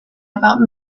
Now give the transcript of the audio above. about